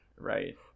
Right